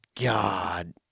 God